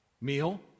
meal